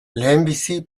lehenbizi